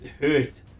hurt